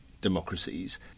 democracies